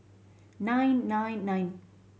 nine nine nine